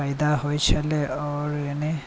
बहुत फाइदा होइ छलै आओर